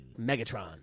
Megatron